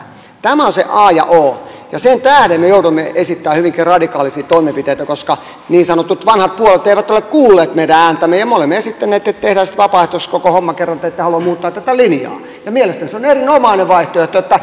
tämä on se a ja o sen tähden me jouduimme esittämään hyvinkin radikaaleja toimenpiteitä koska niin sanotut vanhat puolueet eivät ole kuulleet meidän ääntämme me olemme esittäneet että tehdään sitten vapaaehtoiseksi koko homma kerran te ette halua muuttaa tätä linjaa mielestäni se on erinomainen vaihtoehto